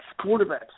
quarterbacks